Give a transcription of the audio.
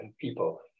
people